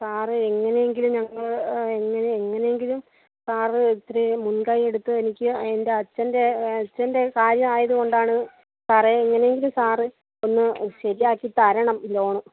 sir എങ്ങനെയെങ്കിലും ഞങ്ങളെ എങ്ങനെ എങ്ങനെയെങ്കിലും സാർ ഇത്തിരി മുൻകൈ എടുത്ത് എനിക്ക് എൻ്റെ അച്ഛൻ്റെ അച്ഛൻ്റെ കാര്യമായതുകൊണ്ടാണ് സാറേ എങ്ങനെയെങ്കിലും സാർ ഒന്നു ശരിയാക്കിത്തരണം ഈ ലോൺ